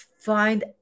find